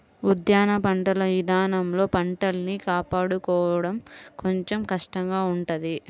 ఉద్యాన పంటల ఇదానంలో పంటల్ని కాపాడుకోడం కొంచెం కష్టంగా ఉంటది